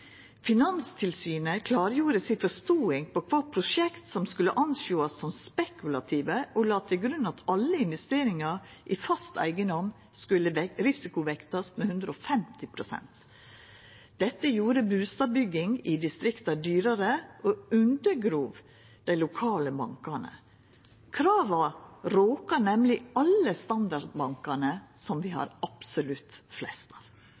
Finanstilsynet klargjorde si forståing av kva prosjekt som skulle sjåast på som spekulative, og la til grunn at alle investeringar i fast eigedom skulle risikovektast med 150 pst. Dette gjorde bustadbygging i distrikta dyrare og undergrov dei lokale bankane. Kravet råka nemleg alle standardbankane, som vi har absolutt flest av.